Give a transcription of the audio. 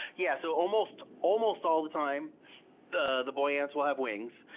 yeah. so almost almost all the time the the boy ants will have wings,